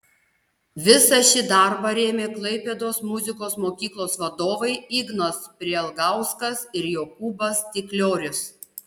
visą šį darbą rėmė klaipėdos muzikos mokyklos vadovai ignas prielgauskas ir jokūbas stikliorius